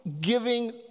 giving